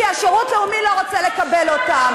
כי השירות הלאומי לא רוצה לקבל אותם.